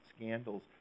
scandals